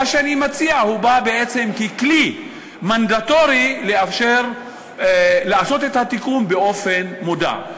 מה שאני מציע בא ככלי מנדטורי לאפשר לעשות את התיקון באופן מודע,